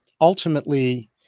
ultimately